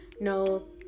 No